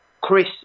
Chris